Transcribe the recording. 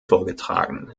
vorgetragen